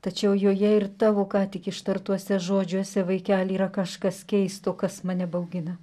tačiau joje ir tavo ką tik ištartuose žodžiuose vaikeli yra kažkas keisto kas mane baugina